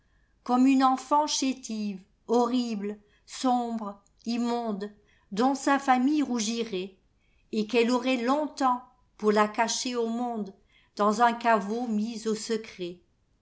comme une enfant chétive horrible sombre immonde dont sa famille rougirait et qu'elle aurait longtemps pour la caclier au monde dans un caveau mise au secret